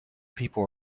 people